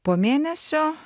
po mėnesio